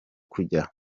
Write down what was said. kujya